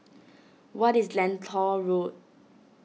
what is Lentor Road